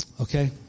Okay